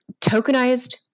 tokenized